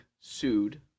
sued